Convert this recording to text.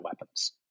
weapons